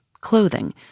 clothing